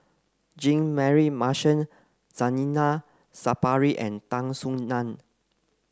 Jean Mary Marshall Zainal Sapari and Tan Soo Nan